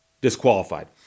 disqualified